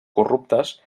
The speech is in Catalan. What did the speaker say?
corruptes